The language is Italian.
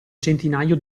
centinaio